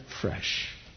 fresh